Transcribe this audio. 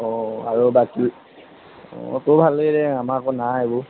অঁ আৰু বাকী অঁ তোৰ ভালেই দে আমাৰ আকৌ নাই এইবোৰ